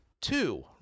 two